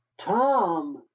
Tom